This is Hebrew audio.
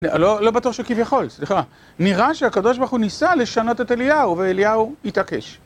לא בטוח שהוא כביכול, סליחה, נראה שהקדוש ברוך הוא ניסה לשנות את אליהו, ואליהו התעקש.